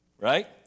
Right